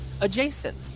adjacent